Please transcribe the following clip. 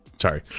sorry